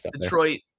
Detroit